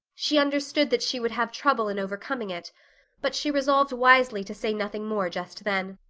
she understood that she would have trouble in overcoming it but she re-solved wisely to say nothing more just then.